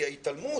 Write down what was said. היא ההתעלמות,